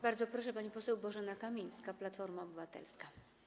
Bardzo proszę, pani poseł Bożena Kamińska, Platforma Obywatelska.